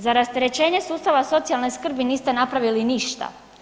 Za rasterećenje sustava socijalne skrbi niste napravili ništa.